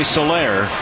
Solaire